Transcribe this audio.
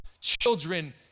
children